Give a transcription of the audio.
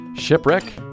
Shipwreck